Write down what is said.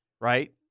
right